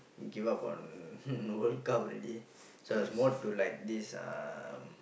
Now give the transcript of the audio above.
give up on World-Cup already so I was more to like this um